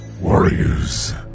warriors